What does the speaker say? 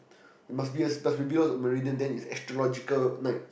he must be a must be below the meridian then it's astrological night